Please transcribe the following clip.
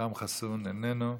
אכרם חסון, איננו,